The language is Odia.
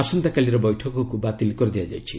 ଆସନ୍ତାକାଲିର ବୈଠକକୁ ବାତିଲ କରାଯାଇଛି